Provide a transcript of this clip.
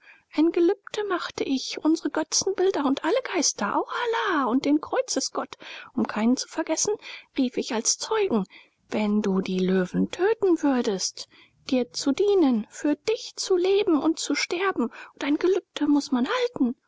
ein gelübde machte ich unsre götzenbilder und alle geister auch allah und den kreuzesgott um keinen zu vergessen rief ich als zeugen wenn du die löwen töten würdest dir zu dienen für dich zu leben und zu sterben und ein gelübde muß man halten